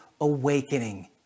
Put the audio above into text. awakening